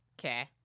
Okay